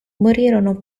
morirono